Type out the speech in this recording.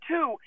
Two